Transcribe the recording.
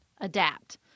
adapt